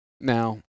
Now